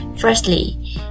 Firstly